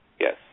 Yes